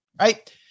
right